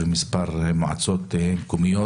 ומועצות מקומיות.